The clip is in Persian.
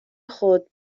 خود